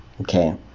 okay